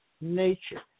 Nature